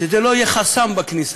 שזה לא יהיה חסם בכניסה.